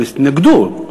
הם התנגדו.